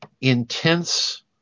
intense